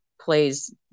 plays